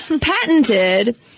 patented